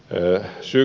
eräs syy